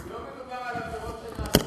השר לוין,